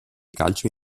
calcio